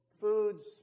foods